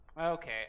Okay